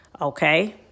okay